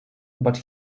but